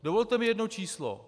Dovolte mi jedno číslo.